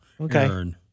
Okay